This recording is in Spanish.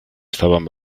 estaban